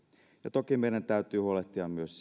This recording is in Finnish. toki meidän täytyy huolehtia myös